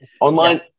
Online